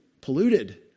polluted